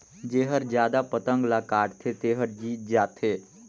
जेहर जादा पतंग ल काटथे तेहर जीत जाथे